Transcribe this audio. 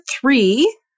three